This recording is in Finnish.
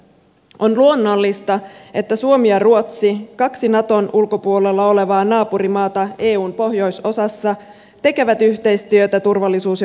on luonnollista että suomi ja ruotsi kaksi naton ulkopuolella olevaa naapurimaata eun pohjoisosassa tekevät yhteistyötä turvallisuus ja puolustuspolitiikassa